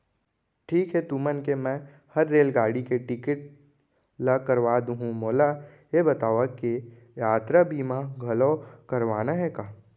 ठीक हे तुमन के मैं हर रेलगाड़ी के टिकिट ल करवा दुहूँ, मोला ये बतावा के यातरा बीमा घलौ करवाना हे का?